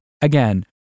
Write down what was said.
Again